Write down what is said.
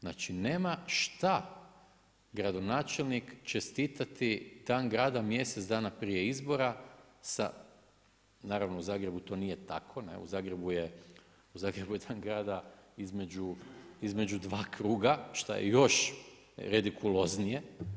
Znači nema šta gradonačelnik čestitati dan grada mjesec dana prije izbora, naravno u Zagrebu to nije tako, u Zagrebu je dan grada između dva kruga, šta je još redikuloznije.